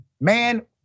man